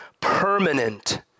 permanent